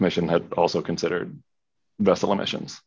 commission had also considered vessel emissions